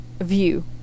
view